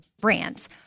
brands